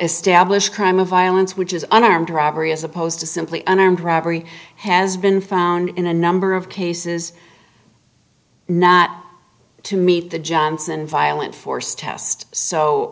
established crime of violence which is an armed robbery as opposed to simply an armed robbery has been found in a number of cases not to meet the johnson violent force test so